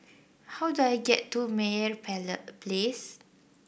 how do I get to Meyer Place